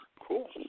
Cool